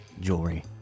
jewelry